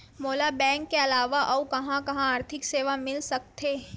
मोला बैंक के अलावा आऊ कहां कहा आर्थिक सेवा मिल सकथे?